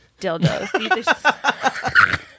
dildos